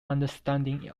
understanding